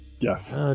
Yes